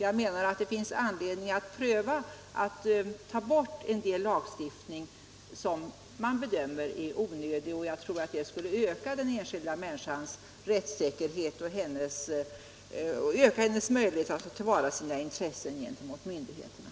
Jag menar därför att det finns anledning att pröva om det går att ta bort en del lagstiftning som bedöms som onödig. Det skulle kunna öka den enskilda människans rättssäkerhet och möjlighet att tillvarata sina intressen gentemot myndigheterna.